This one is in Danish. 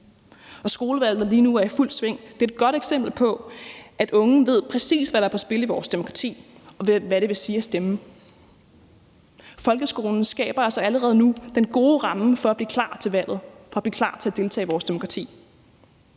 og skolevalget er lige nu i fuld gang. Det er et godt eksempel på, at unge ved, præcis hvad der er på spil i vores demokrati, og hvad det vil sige at stemme. Folkeskolen skaber altså allerede nu den gode ramme for at blive klar til valget, for at blive klar til at deltage i vores demokrati.